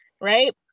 right